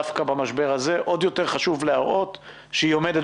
דווקא במשבר הזה עוד יותר חשוב להראות שהיא עומדת